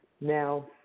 Now